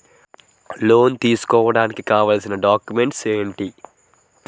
Loan తీసుకోడానికి కావాల్సిన documents ఎంటి?